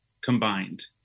combined